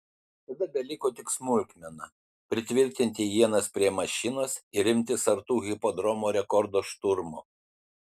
tada beliko tik smulkmena pritvirtinti ienas prie mašinos ir imtis sartų hipodromo rekordo šturmo